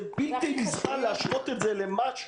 בלתי נסבל להשוות את זה למשהו.